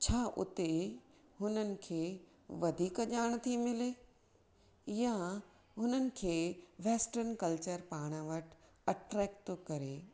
छा हुते हुननि खे वधीक जाण थी मिले हिय हुननि खे वेस्र्ट्न कल्चर पाण वटि अट्रैक्ट थो करे